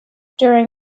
during